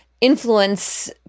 influence